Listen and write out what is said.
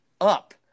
up